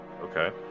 Okay